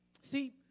See